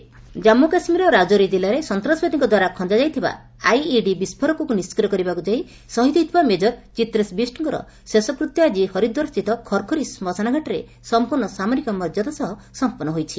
beast last rite Jammu କାଶ୍ମୀରର ରାଜୌରୀ କିଲ୍ଲାରେ ସନ୍ତାସବାଦୀଙ୍କ ଦ୍ୱାରା ଖଞ୍ଜାଯାଇଥିବା ଆଇଇଡି ବିସ୍କୋରକକୁ ନିଷ୍ଟ୍ରିୟ କରିବାକୁ ଯାଇ ଶହୀଦ ହୋଇଥିବା ମେଜର ଚିତ୍ରେସ୍ ବିଷ୍କଙ୍କର ଶେଷକୃତ ଆଜି ହରିଦ୍ୱାରା ସ୍ଥିତ ଖରଖରୀ ଶ୍କଶାନଘାଟରେ ସମ୍ପୂର୍ଣ୍ଣ ସାମରିକ ମର୍ଯ୍ୟାଦା ସହ ସମ୍ପନ୍ଧ ହୋଇଛି